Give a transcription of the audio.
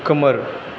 खोमोर